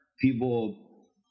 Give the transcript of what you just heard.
people